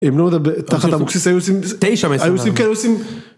תחת אבוקסיס היו עושים. היו עושים...